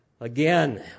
Again